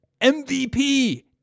MVP